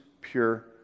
pure